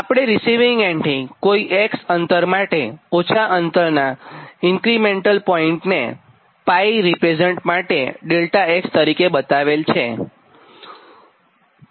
આપણે રીસિવીંગ એન્ડથી કોઇ x અંતર માટે ઓછા અંતરનાં ઇન્ક્રીમેન્ટલ પોઇન્ટને 𝜋 રીપ્રેઝન્ટેશન માટે Δx તરીકે બતાવેલ છે